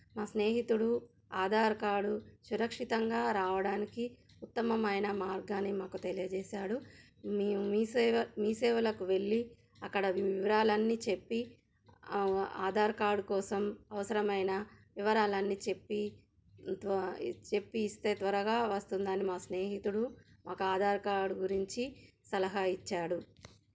మా స్నేహితుడు ఆధార్ కార్డు సురక్షితంగా రావడానికి ఉత్తమమైన మార్గాన్ని మాకు తెలియజేసాడు మేము మీసేవ మీ సేవలకు వెళ్ళి అక్కడ వివరాలన్నీ చెప్పి ఆధార్ కార్డు కోసం అవసరమైన వివరాలన్నీ చెప్పి చెప్పి ఇస్తే త్వరగా వస్తుందని మా స్నేహితుడు మాకు ఆధార్ కార్డు గురించి సలహా ఇచ్చాడు